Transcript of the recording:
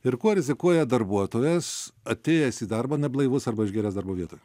ir kuo rizikuoja darbuotojas atėjęs į darbą neblaivus arba išgėręs darbo vietoje